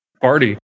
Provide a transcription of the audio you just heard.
Party